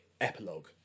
epilogue